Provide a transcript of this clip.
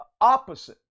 opposite